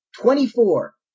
twenty-four